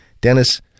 Dennis